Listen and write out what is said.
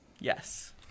Yes